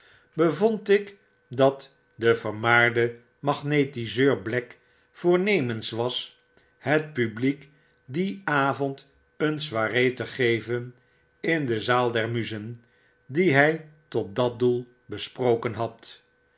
bevond ik dat de vermaarde magnetiseur black voornemens was het publiek dien avond een soiree te geven in de zaal der muzen die hy tot dat doel besproken had